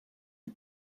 the